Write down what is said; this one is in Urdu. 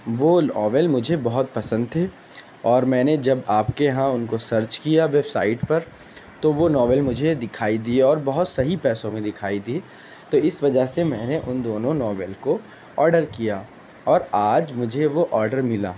وہ ناول مجھے بہت پسند تھے اور میں نے جب آپ کے یہاں ان کو سرچ کیا ویب سائٹ پر تو وہ ناول مجھے دکھائی دیے اور بہت صحیح پیسوں میں دکھائی دیے تو اس وجہ سے میں نے ان دونوں ناول کو آرڈر کیا اور آج مجھے وہ آرڈر ملا